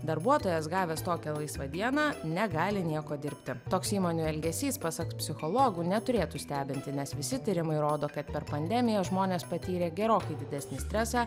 darbuotojas gavęs tokią laisvą dieną negali nieko dirbti toks įmonių elgesys pasak psichologų neturėtų stebinti nes visi tyrimai rodo kad per pandemiją žmonės patyrė gerokai didesnį stresą